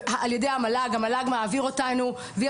הן על ידי המל"ג המל"ג מעביר אותה ויה